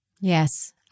Yes